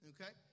Okay